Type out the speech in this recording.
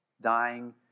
dying